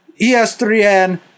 ES3N